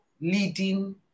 leading